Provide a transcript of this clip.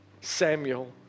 Samuel